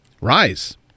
Rise